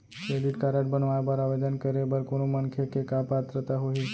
Credit card बनवाए बर आवेदन करे बर कोनो मनखे के का पात्रता होही?